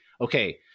Okay